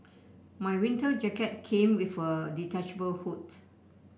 my winter jacket came with a detachable hood